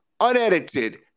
unedited